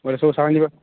ବଇଲେ ସବୁ ସାମାନ୍ ଯିବା